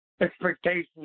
expectations